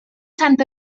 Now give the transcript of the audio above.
sant